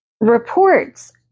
reports